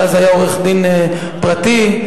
שאז היה עורך-דין פרטי,